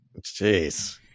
Jeez